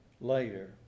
later